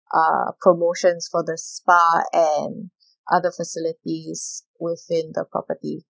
uh promotions for the spa and other facilities within the property